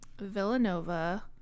Villanova